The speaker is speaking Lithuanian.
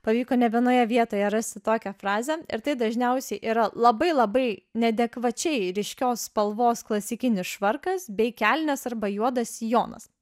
pavyko ne vienoje vietoje rasi tokią frazę ir tai dažniausiai yra labai labai neadekvačiai ryškios spalvos klasikinis švarkas bei kelnės arba juodas sijonas